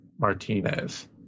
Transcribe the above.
Martinez